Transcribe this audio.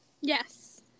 Yes